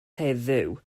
heddiw